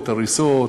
עריסות,